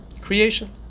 Creation